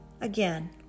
again